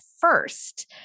first